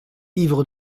ivre